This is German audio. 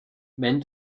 wenn